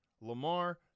Lamar